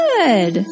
Good